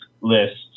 list